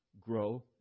Grow